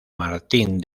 martín